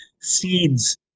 seeds